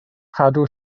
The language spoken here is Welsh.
cadw